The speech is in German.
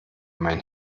mein